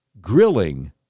grilling